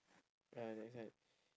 ah next one